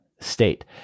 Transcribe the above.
state